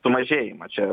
sumažėjimą čia